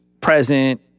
present